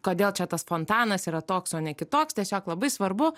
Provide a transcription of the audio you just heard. kodėl čia tas fontanas yra toks o ne kitoks tiesiog labai svarbu